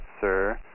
sir